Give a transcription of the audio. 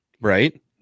Right